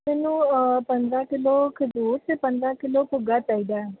ਮੈਨੂੰ ਪੰਦਰ੍ਹਾਂ ਕਿਲੋ ਖਜੂਰ ਅਤੇ ਪੰਦਰ੍ਹਾਂ ਕਿਲੋ ਭੁੱਗਾ ਚਾਹੀਦਾ ਹੈ